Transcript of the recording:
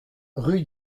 rue